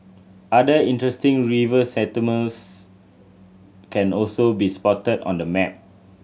other interesting river settlements can also be spotted on the map